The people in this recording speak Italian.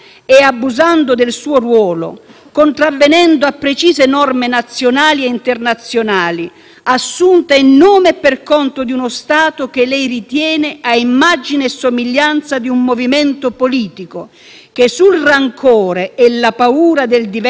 assunta in nome e per conto di uno Stato che lei ritiene a immagine e somiglianza di un movimento politico che sul rancore e la paura del diverso ha fatto la sua fortuna elettorale, è stata presa collegialmente o meglio